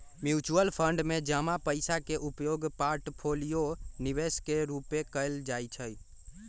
mutual fund में जमा पइसा के उपयोग पोर्टफोलियो निवेश के रूपे कएल जाइ छइ